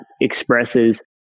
expresses